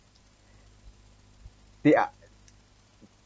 they are